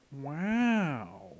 Wow